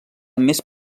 més